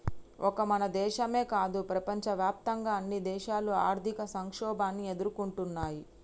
ఒక మన దేశమో కాదు ప్రపంచవ్యాప్తంగా అన్ని దేశాలు ఆర్థిక సంక్షోభాన్ని ఎదుర్కొంటున్నయ్యి